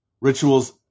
Rituals